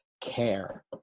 care